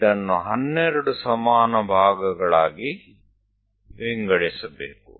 ಇದನ್ನು 12 ಸಮಾನ ಭಾಗಗಳಾಗಿ ವಿಂಗಡಿಸಬೇಕು